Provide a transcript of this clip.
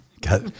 got